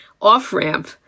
off-ramp